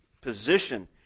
position